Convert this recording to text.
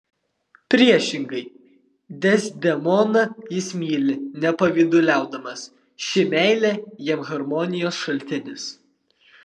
priešingai dezdemoną jis myli nepavyduliaudamas ši meilė jam harmonijos šaltinis